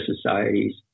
societies